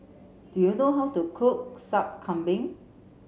do you know how to cook Sup Kambing